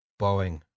Boeing